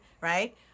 right